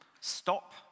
Stop